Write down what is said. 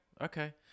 Okay